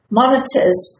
monitors